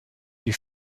die